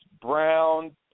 brown